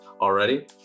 already